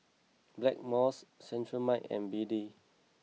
Blackmores Cetrimide and B D